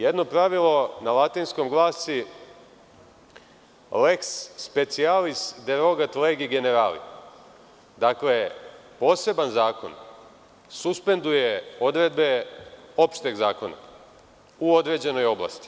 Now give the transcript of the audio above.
Jedno pravilo na latinskom glasi – lex specialis derogat legi generali, dakle – poseban zakon suspenduje odredbe opšteg zakona u određenoj oblasti.